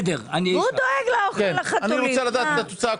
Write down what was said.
הצבעה ההסתייגות לא נתקבלה ההסתייגות לא התקבלה.